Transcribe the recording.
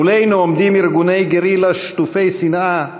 מולנו עומדים ארגוני גרילה שטופי שנאה,